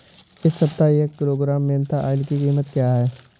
इस सप्ताह एक किलोग्राम मेन्था ऑइल की कीमत क्या है?